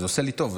זה עושה לי טוב.